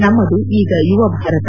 ನಮ್ಮದು ಈಗ ಯುವ ಭಾರತ